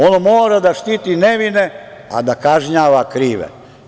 Ono mora da štiti nevine, a da kažnjava krive.